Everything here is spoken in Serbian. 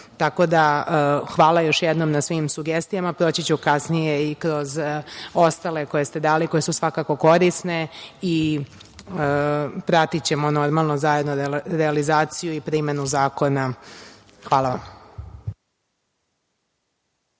sektoru. Hvala još jednom na svim sugestijama, proći ću kasnije i kroz ostale koje ste dali, koje su svakako korisne i pratićemo zajedno realizaciju i primenu zakona. Hvala vam.